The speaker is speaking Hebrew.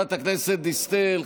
חברת הכנסת דיסטל,